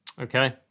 okay